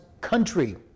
country